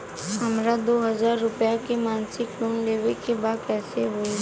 हमरा दो हज़ार रुपया के मासिक लोन लेवे के बा कइसे होई?